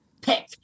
pick